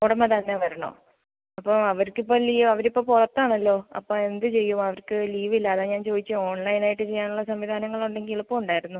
ഉടമ തന്നെ വരണം അപ്പോൾ അവർക്ക് ഇപ്പോൾ ലീവ് അവരിപ്പോൾ പുറത്താണല്ലോ അപ്പോൾ എന്ത് ചെയ്യും അവർക്ക് ലീവില്ല അതാ ഞാൻ ചോദിച്ചത് ഓൺലൈൻ ആയിട്ട് ചെയ്യാനുള്ള സംവിധാനങ്ങളുണ്ടെങ്കിൽ എളുപ്പം ഉണ്ടായിരുന്നു